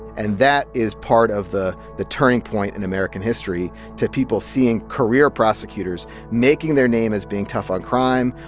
and that is part of the the turning point in american history to people seeing career prosecutors making their name as being tough on crime,